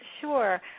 Sure